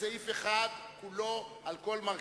לחלופין של 63 יום.